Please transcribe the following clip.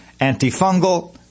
antifungal